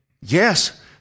Yes